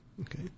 Okay